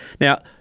Now